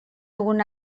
dugun